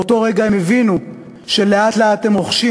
באותו רגע הם הבינו שלאט-לאט הם רוכשים